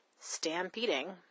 stampeding